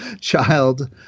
child